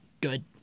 good